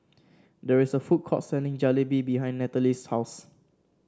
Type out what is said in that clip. there is a food court selling Jalebi behind Nathalie's house